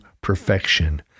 perfection